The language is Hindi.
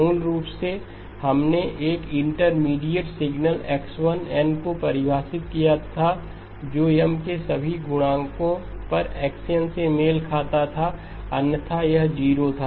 मूल रूप से हमने एक इंटरमीडिएट सिग्नल X1 n को परिभाषित किया था जो M के सभी गुणकों पर x n से मेल खाता था अन्यथा यह 0 था